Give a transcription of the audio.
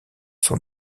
sont